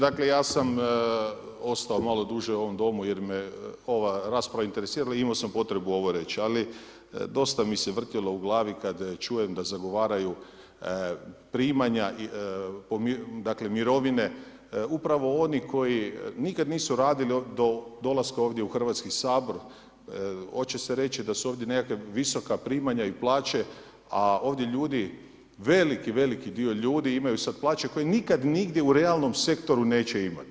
Dakle, ja sam ostao malo duže u ovom Domu jer me ova rasprava interesira i imao sam potrebu ovo reći, ali dosta mi se vrtjelo u glavi kad čujem da zagovaraju primanja, dakle mirovine, upravo oni koji nikad nisu radili do dolaska ovdje u Hrvatski sabor, 'oće se reći da su ovdje nekakve visoka primanja i plaće, a ovdje ljudi, veliki, veliki dio ljudi, imaju sad plaće koji nikad nigdje u realnom sektoru neće imat.